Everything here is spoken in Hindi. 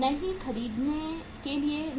नहीं खरीदने के लिए नहीं